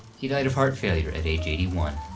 he died of heart failure at age eighty one.